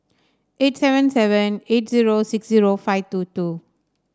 eight seven seven eight zero six zero five two two